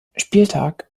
spieltag